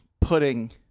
pudding